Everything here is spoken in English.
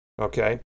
Okay